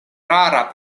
rara